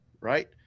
right